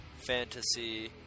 fantasy